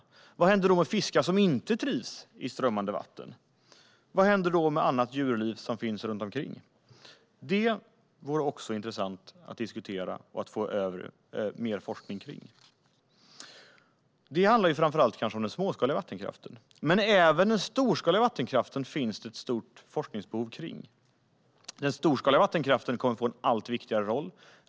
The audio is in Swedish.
Vad händer med fiskar som inte trivs i strömmande vatten? Vad händer med annat djurliv runt omkring? Det vore också intressant att diskutera och få mer forskning kring. Detta handlar kanske framför allt om den småskaliga vattenkraften. Men även den storskaliga vattenkraften finns det ett stort forskningsbehov kring. Den storskaliga vattenkraften kommer att få en allt viktigare roll.